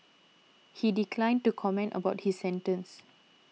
he declined to comment about his sentence